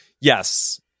Yes